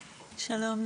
שלום,